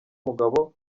umugabo